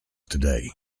today